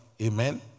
Amen